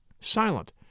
silent